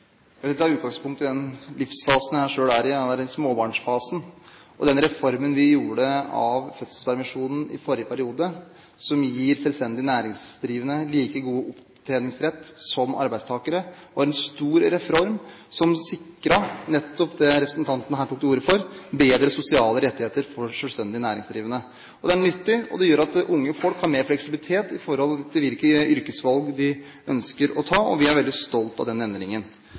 Jeg vil ta utgangspunkt i den livsfasen jeg selv er i – jeg er i småbarnsfasen. Den reformen vi gjennomførte av fødselspermisjonen i forrige periode, som gir selvstendig næringsdrivende like god opptjeningsrett som arbeidstakere, var en stor reform som sikret nettopp det representanten her tok til orde for, bedre sosiale rettigheter for selvstendig næringsdrivende. Det er nyttig, og det gjør at unge folk har mer fleksibilitet i forhold til hvilke yrkesvalg de ønsker å ta, og vi er veldig stolt av den endringen.